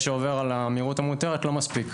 שעובר על המהירות המותרת זה לא מספיק.